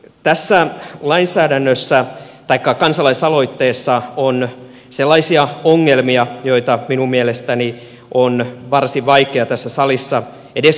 tässä kansalaisaloitteessa on sellaisia ongelmia joita minun mielestäni on varsin vaikea tässä salissa edes käsitellä